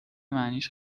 معنیش